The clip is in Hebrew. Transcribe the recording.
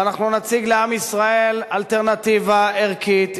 ואנחנו נציג לעם ישראל אלטרנטיבה ערכית,